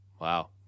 Wow